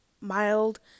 mild